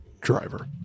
driver